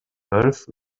earth